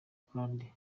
kandi